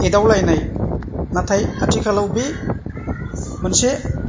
एदावलायनाय नाथाय आथिखालाव बे मोनसे